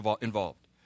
involved